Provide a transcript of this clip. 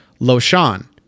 Loshan